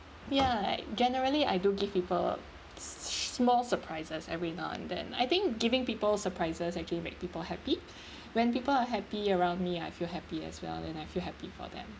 ya like generally I do give people small surprises every now and then I think giving people surprises actually make people happy when people are happy around me I feel happy as well then I feel happy for them